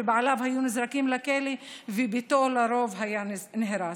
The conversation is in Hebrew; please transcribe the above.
בעליו היו נזרקים לכלא וביתם לרוב היה נהרס.